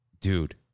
Dude